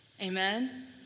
Amen